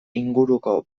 inguruko